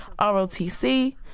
ROTC